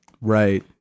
right